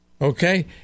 Okay